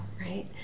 right